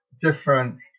different